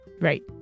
Right